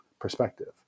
perspective